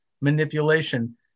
manipulation